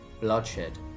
bloodshed